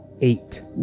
Eight